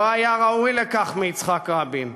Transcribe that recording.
לא היה ראוי לכך מיצחק רבין.